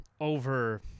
over